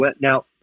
now